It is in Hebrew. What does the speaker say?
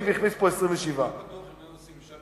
והכניס פה 27. אני לא בטוח אם היו עושים משאל